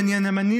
בין ימני,